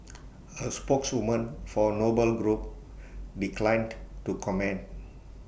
A spokeswoman for A noble group declined to comment